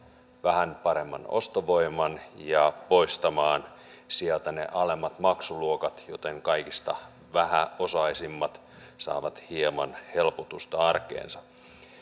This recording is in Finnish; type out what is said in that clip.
vähän paremman ostovoiman ja poistamaan sieltä ne alemmat maksuluokat joten kaikista vähäosaisimmat saavat hieman helpotusta arkeensa